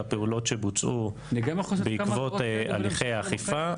לפעולות שבוצעו בעקבות הליכי אכיפה.